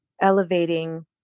elevating